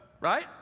Right